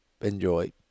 Enjoy